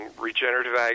regenerative